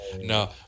no